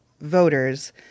voters